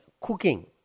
cooking